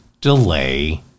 delay